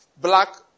black